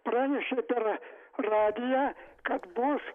pranešė per radiją kad bus